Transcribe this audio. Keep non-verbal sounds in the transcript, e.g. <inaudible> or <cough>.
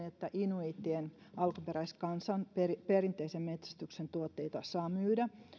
<unintelligible> että inuiittien alkuperäiskansan perinteisen metsästyksen tuotteita saa myydä